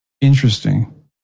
Interesting